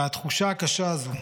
והתחושה הקשה הזו,